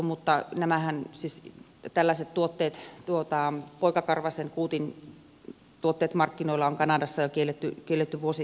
mutta tällaiset tuotteethan poikakarvaisen kuutin tuotteet markkinoilla on kanadassa kielletty jo vuosikausia sitten